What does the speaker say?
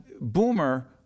Boomer